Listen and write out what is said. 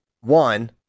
one